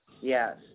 Yes